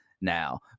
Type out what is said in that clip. now